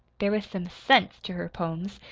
there was some sense to her poems,